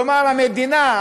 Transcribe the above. כלומר המדינה,